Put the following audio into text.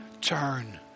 turn